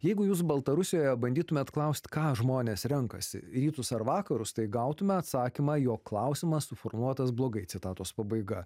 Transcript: jeigu jūs baltarusijoje bandytumėt klaust ką žmonės renkasi rytus ar vakarus tai gautume atsakymą jog klausimas suformuluotas blogai citatos pabaiga